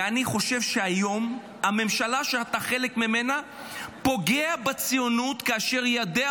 ואני חושב שהיום הממשלה שאתה חלק ממנה פוגעת בציונות כאשר יהודים